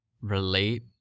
relate